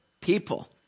people